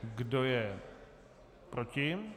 Kdo je proti?